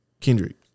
Kendrick